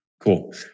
Cool